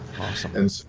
Awesome